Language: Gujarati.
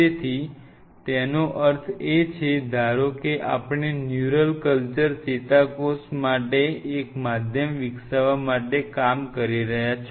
તેથી તેનો અર્થ એ છે ધારો કે આપણે ન્યુરલ કલ્ચર ચેતાકોષો માટે એક માધ્યમ વિકસાવવા માટે કામ કરી રહ્યા છો